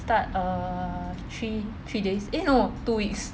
start err three three days eh no two weeks